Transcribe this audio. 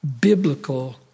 biblical